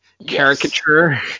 caricature